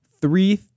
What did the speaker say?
Three